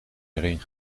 erin